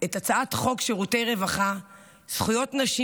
את הצעת חוק שירותי רווחה (זכויות נשים